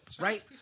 right